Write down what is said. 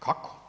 Kako?